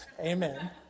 Amen